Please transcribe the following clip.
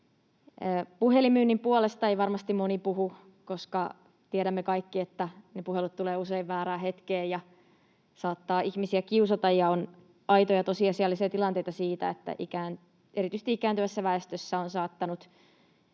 Puhelinmyynnin puolesta ei varmasti moni puhu, koska tiedämme kaikki, että ne puhelut tulevat usein väärään hetkeen ja saattavat ihmisiä kiusata, ja on aitoja tosiasiallisia tilanteita siitä, että erityisesti ikääntyvässä väestössä on saattanut